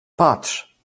patrz